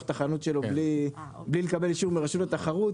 את החנות שלו בלי לקבל אישור מרשות התחרות.